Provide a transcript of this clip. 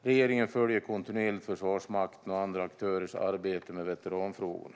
Regeringen följer kontinuerligt Försvarsmaktens och andra aktörers arbete med veteranfrågorna.